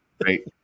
Great